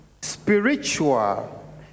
spiritual